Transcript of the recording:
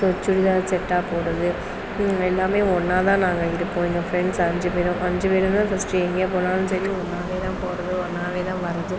so churidar செட்டாக போடுறது எல்லாமே ஒன்றா தான் நாங்கள் இருப்போம் இந்த ஃப்ரெண்ட்ஸ் அஞ்சு பேரும் அஞ்சு பேருந்தான் ஃபர்ஸ்ட் எங்கே போனாலும் சரி ஒன்றாவே தான் போகிறது ஒன்றாவே தான் வரது